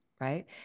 right